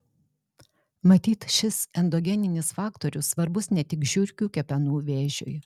matyt šis endogeninis faktorius svarbus ne tik žiurkių kepenų vėžiui